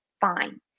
fine